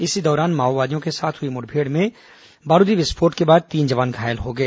इसी दौरान माओवादियों के साथ मुठभेड़ हुई और बारूदी विस्फोट में तीन जवान घायल हो गए